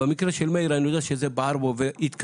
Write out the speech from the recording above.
במקרה של מאיר אני יודע שזה בער בו והתכוון.